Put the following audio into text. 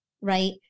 right